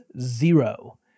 zero